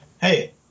hey